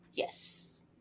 Yes